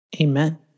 Amen